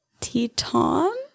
Teton